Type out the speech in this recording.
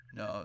no